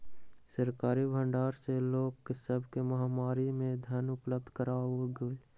सरकारी भण्डार सॅ लोक सब के महामारी में धान उपलब्ध कराओल गेल